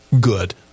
good